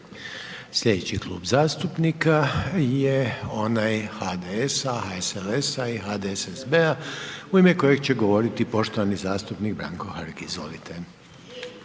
Sljedeći klub zastupnika je onaj HDS-a, HSLS-a i HDSSB-a u ime kojeg će govoriti poštovani zastupnik Branko Hrg. Izvolite.